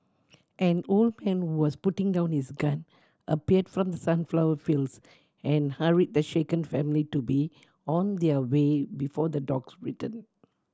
an old man who was putting down his gun appeared from the sunflower fields and hurried the shaken family to be on their way before the dogs return